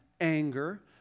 anger